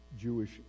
Jewish